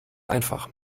einfach